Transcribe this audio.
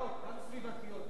גם סביבתיות,